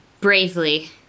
bravely